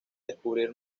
descubrir